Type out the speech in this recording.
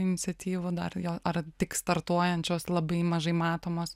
iniciatyva dar jo ar tik startuojančios labai mažai matomos